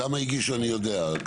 כמה הגישו אני יודע.